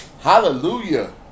Hallelujah